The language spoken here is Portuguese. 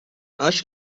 acho